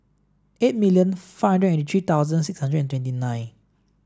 eight million five hundred and eighty three thousand six hundred and twenty nine